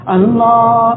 Allah